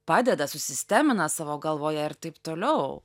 padeda susistemina savo galvoje ir taip toliau